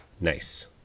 Nice